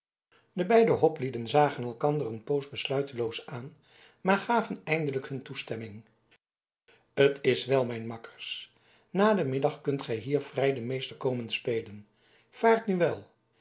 de beide hoplieden zagen elkander een poos besluiteloos aan maar gaven eindelijk hun toestemming t is wel mijn makkers na den middag kunt gij hier vrij den meester komen spelen vaart nu wel